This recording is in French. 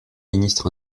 ministres